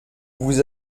vous